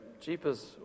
jeepers